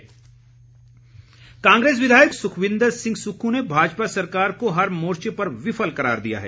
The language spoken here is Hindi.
कांग्रेस कांग्रेस विधायक सुखविंदर सिंह सुक्खू ने भाजपा सरकार को हर मोर्च पर विफल करार दिया है